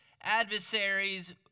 adversaries